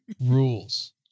rules